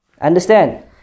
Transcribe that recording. Understand